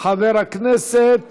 חבר הכנסת